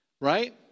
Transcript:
Right